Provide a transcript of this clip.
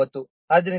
19